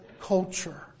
culture